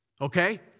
Okay